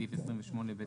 בסעיף 28(ב1),